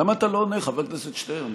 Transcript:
למה אתה לא עונה, חבר הכנסת שטרן?